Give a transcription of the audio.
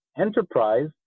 enterprise